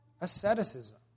asceticism